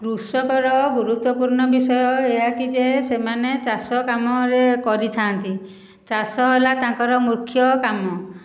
କୃଷକର ଗୁରୁତ୍ଵପୂର୍ଣ୍ଣ ବିଷୟ ଏହା କି ଯେ ସେମାନେ ଚାଷ କାମରେ କରିଥାନ୍ତି ଚାଷ ହେଲା ତାଙ୍କର ମୂଖ୍ୟ କାମ